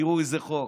תראו איזה חוק.